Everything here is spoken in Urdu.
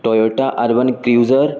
Toyota urban cruiser